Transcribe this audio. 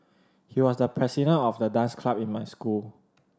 he was the president of the dance club in my school